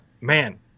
man